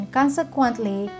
consequently